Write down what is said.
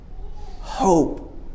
hope